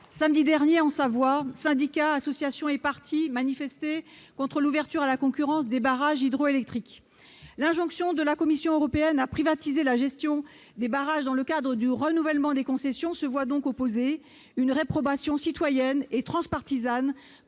samedi dernier, en Savoie, syndicats, associations et partis manifestaient contre l'ouverture à la concurrence des barrages hydroélectriques. L'injonction de la Commission européenne à privatiser la gestion des barrages dans le cadre du renouvellement des concessions se voit donc opposer une réprobation citoyenne et transpartisane